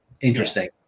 interesting